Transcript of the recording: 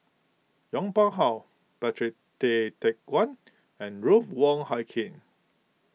Yong Pung How Patrick Tay Teck Guan and Ruth Wong Hie King